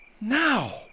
Now